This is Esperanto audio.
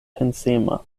pensema